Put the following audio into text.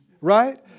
right